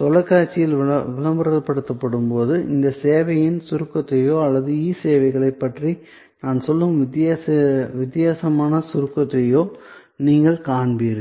தொலைக்காட்சியில் விளம்பரப்படுத்தப்படும் போது அந்த சேவையின் சுருக்கத்தையோ அல்லது இ சேவைகளைப் பற்றி நான் சொல்லும் வித்தியாசமான சுருக்கத்தையோ நீங்கள் காண்பீர்கள்